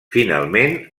finalment